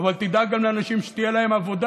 אבל תדאג גם לאנשים, שתהיה להם עבודה.